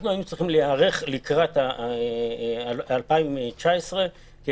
אנחנו היינו צריכים להיערך לקראת 2019 כדי